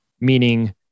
meaning